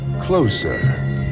Closer